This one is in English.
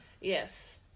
yes